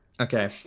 Okay